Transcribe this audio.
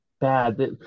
bad